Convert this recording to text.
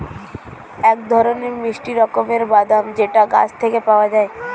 এক ধরনের মিষ্টি রকমের বাদাম যেটা গাছ থেকে পাওয়া যায়